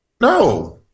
No